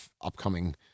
upcoming